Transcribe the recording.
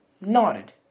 nodded